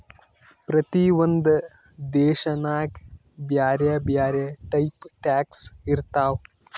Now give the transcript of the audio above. ಪ್ರತಿ ಒಂದ್ ದೇಶನಾಗ್ ಬ್ಯಾರೆ ಬ್ಯಾರೆ ಟೈಪ್ ಟ್ಯಾಕ್ಸ್ ಇರ್ತಾವ್